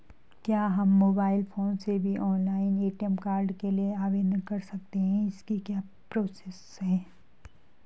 क्या हम mobile phone से भी ऑनलाइन ए.टी.एम कार्ड के लिए आवेदन कर सकते हैं इसकी क्या प्रोसेस है?